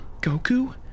Goku